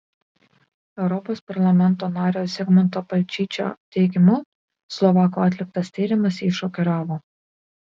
europos parlamento nario zigmanto balčyčio teigimu slovakų atliktas tyrimas jį šokiravo